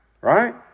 right